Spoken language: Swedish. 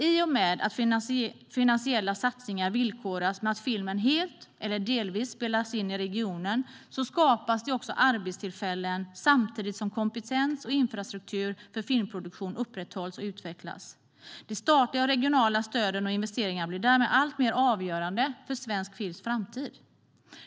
I och med att finansiella satsningar villkoras med att filmen helt eller delvis spelas in i regionen skapas det också arbetstillfällen samtidigt som kompetens och infrastruktur för filmproduktion upprätthålls och utvecklas. De statliga och regionala stöden och investeringarna blir därmed alltmer avgörande för svensk films framtid.